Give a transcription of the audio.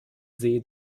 see